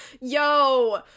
Yo